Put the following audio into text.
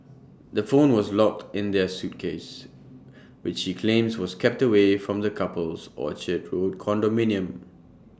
the phone was locked in her suitcase which she claims was kept away from the couple's Orchard road condominium